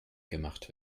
gemacht